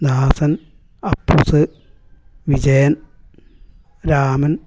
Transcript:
Dasan Appoos Vijayan Raman